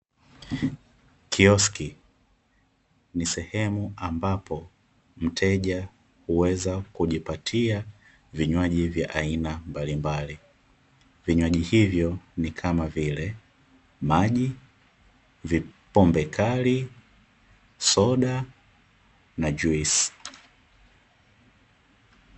Kioksi ni sehemu ambapo mteja huweza kujipatia vinywaji vya aina mbalimbali. Vinywaji hivyo ni kama vile: maji, pombe kali, soda na juisi.